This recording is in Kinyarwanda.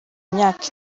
myaka